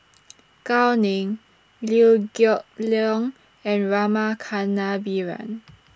Gao Ning Liew Geok Leong and Rama Kannabiran